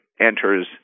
enters